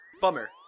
Bummer